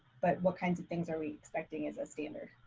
but what kinds of things are we expecting as a standard?